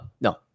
no